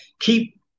Keep